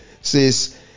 Says